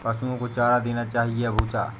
पशुओं को चारा देना चाहिए या भूसा?